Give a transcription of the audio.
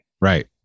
Right